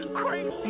crazy